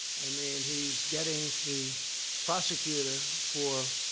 i mean, he's getting the prosecutor for,